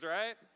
right